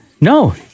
No